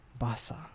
Basa